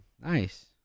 Nice